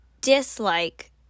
dislike